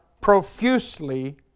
profusely